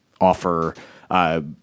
offer –